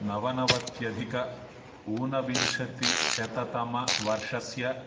नवनवत्यधिकोनविंशतिः शततमवर्षस्य